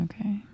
Okay